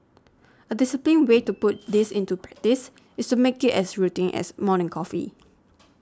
a disciplined way to put this into practice is to make it as routine as morning coffee